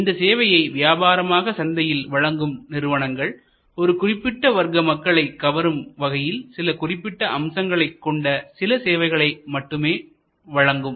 இந்த சேவையை வியாபாரமாக சந்தையில் வழங்கும் நிறுவனங்கள் ஒரு குறிப்பிட்ட வர்க்க மக்களை கவரும் வகையில் சில குறிப்பிட்ட அம்சங்களை கொண்ட சில சேவைகளை மட்டுமே வழங்கும்